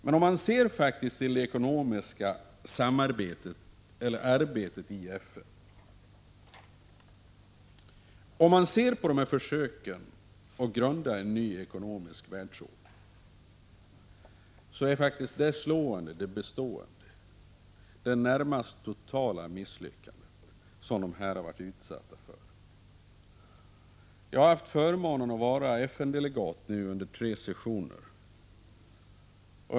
Men om man ser på det ekonomiska arbetet i FN och på försöken att grunda en ny ekonomisk världsordning är det faktiskt slående att detta arbete har varit utsatt för ett bestående och närmast totalt misslyckande. Jag har haft förmånen att vara FN-delegat under tre sessioner.